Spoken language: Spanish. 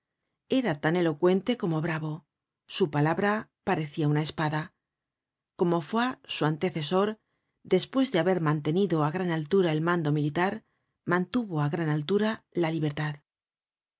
era tan elocuente como bravo su palabra parecía una espada como foy su antecesor despues de haber mantenido á gran altura el mando militar mantuvo á gran altura la libertad se